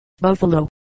Buffalo